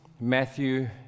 matthew